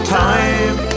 time